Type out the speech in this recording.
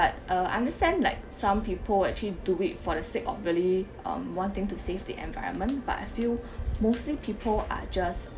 but uh understand like some people actually do it for the sake of really um wanting to save the environment but I feel mostly people are just